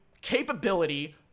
capability